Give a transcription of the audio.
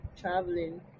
traveling